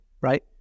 right